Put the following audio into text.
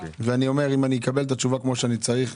ואני אומר: אם אני אקבל את התשובה כמו שאני צריך,